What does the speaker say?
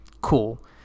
Cool